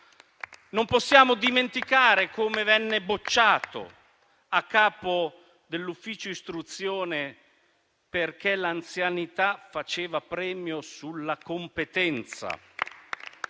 Non possiamo dimenticare come venne bocciato a capo dell'ufficio istruzione, perché l'anzianità faceva premio sulla competenza.